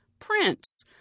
prince